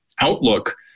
outlook